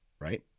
right